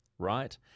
right